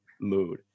mood